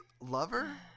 lover